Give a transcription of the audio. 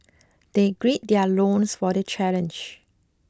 they gird their loins for the challenge